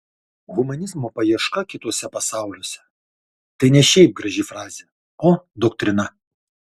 humanizmo paieška kituose pasauliuose tai ne šiaip graži frazė o doktrina